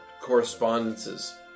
correspondences